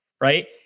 right